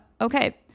Okay